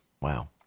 Wow